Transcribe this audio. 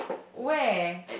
where